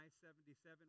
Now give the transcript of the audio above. I-77